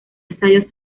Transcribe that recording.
ensayos